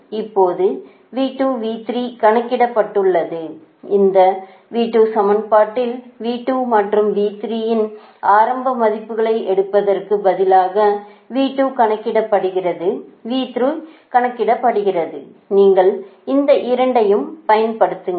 இப்போது V2 V3 கணக்கிடப்பட்டுள்ளது இந்த V2 சமன்பாட்டில் V2 மற்றும் V3 இன் ஆரம்ப மதிப்புகளை எடுப்பதற்கு பதிலாக V2 கணக்கிடப்படுகிறது V3 கணக்கிடப்படுகிறது நீங்கள் இந்த இரண்டையும் பயன்படுத்துங்கள்